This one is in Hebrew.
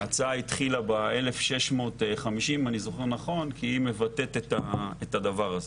ההצעה התחילה ב-1,650 כי היא מבטאת את הדבר הזה.